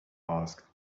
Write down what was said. asked